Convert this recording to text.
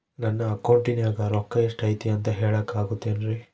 ನನ್ನ ಅಕೌಂಟಿನ್ಯಾಗ ರೊಕ್ಕ ಎಷ್ಟು ಐತಿ ಅಂತ ಹೇಳಕ ಆಗುತ್ತೆನ್ರಿ?